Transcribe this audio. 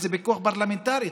איזה פיקוח פרלמנטרי.